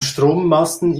strommasten